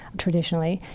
traditionally,